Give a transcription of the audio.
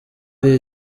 hari